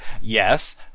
Yes